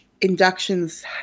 inductions